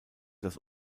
das